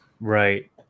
Right